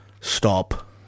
stop